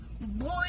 Boy